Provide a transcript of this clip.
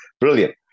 brilliant